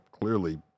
clearly